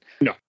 No